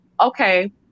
okay